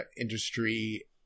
industry